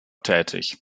tätig